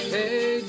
Hey